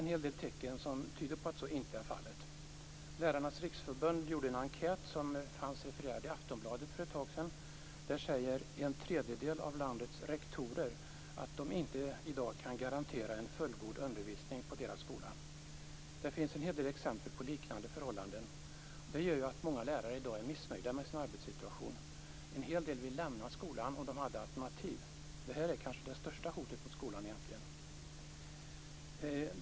En hel del tecken tyder dock på att så inte är fallet. Lärarnas Riksförbund har gjort en enkät som för ett tag sedan fanns refererad i Aftonbladet. Där säger en tredjedel av landets rektorer att de i dag inte kan garantera en fullgod undervisning på deras skola. Det finns en hel del exempel på liknande förhållanden. Detta gör att många lärare i dag är missnöjda med sin arbetssituation. En hel del skulle vilja lämna skolan om de hade alternativ. Det här är kanske det största hotet mot skolan.